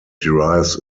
derives